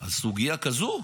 אז סוגיה כזו?